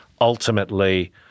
ultimately